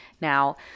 Now